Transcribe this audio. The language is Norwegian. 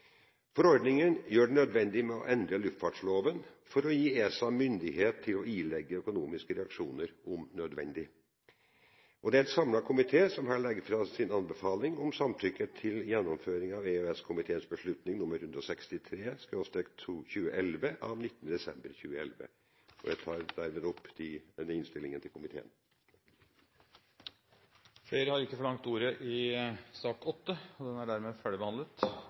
Forordningen gjør det nødvendig å endre luftfartsloven for å gi ESA myndighet til å ilegge økonomiske reaksjoner om nødvendig. Det er en samlet komité som her legger fram sin anbefaling om samtykke til godkjenning av EØS-komiteens beslutning nr. 163/2011 av 19. desember 2011. Jeg anbefaler hermed komiteens innstilling. Flere har ikke bedt om ordet til sak nr. 8. Etter ønske fra kommunal- og forvaltningskomiteen vil presidenten foreslå at taletiden blir begrenset til 5 minutter til hver gruppe og